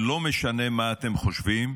ולא משנה מה אתם חושבים,